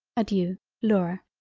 adeiu laura.